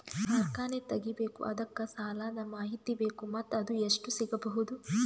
ಕಾರ್ಖಾನೆ ತಗಿಬೇಕು ಅದಕ್ಕ ಸಾಲಾದ ಮಾಹಿತಿ ಬೇಕು ಮತ್ತ ಅದು ಎಷ್ಟು ಸಿಗಬಹುದು?